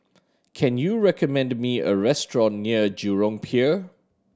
can you recommend me a restaurant near Jurong Pier